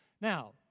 Now